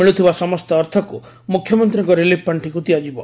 ମିଳୁଥିବା ସମସ୍ତ ଅର୍ଥକୁ ମୁଖ୍ୟମନ୍ତୀଙ୍କ ରିଲିଫ୍ ପାଖିକୁ ଦିଆଯିବ